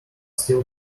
still